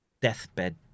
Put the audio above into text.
deathbed